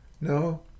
No